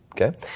Okay